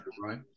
right